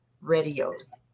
radios